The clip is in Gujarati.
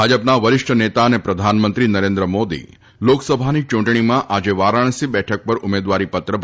ભાજપના વરિષ્ઠ નેતા અને પ્રધાનમંત્રી નરેન્દ્ર મોદી લોકસભાની ચૂંટણીમાં આજે વારાણસી બેઠક પર ઉમેદવારી પત્ર ભરશે